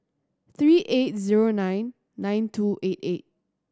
three eight zero nine nine two eight eight